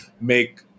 make